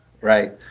right